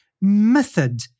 method